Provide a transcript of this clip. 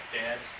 Dads